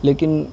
لیکن